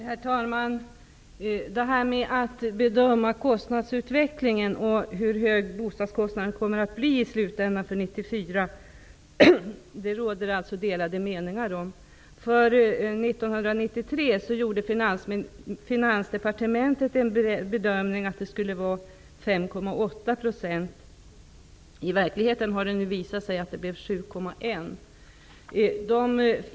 Herr talman! Det är svårt att bedöma kostnadsutvecklingen. Det råder delade meningar om hur hög bostadskostnaden i slutändan kommer att bli för 1994. För 1993 gjorde Finansdepartementet en bedömning att det det skulle bli 5,8 %. I verkligheten blev det 7,1 %.